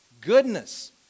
Goodness